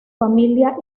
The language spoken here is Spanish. familia